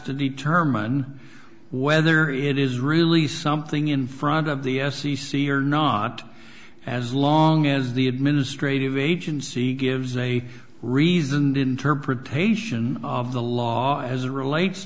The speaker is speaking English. to determine whether it is really something in front of the f c c or not as long as the administrative agency gives a reasoned interpretation of the law as a relates